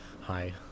hi